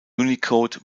unicode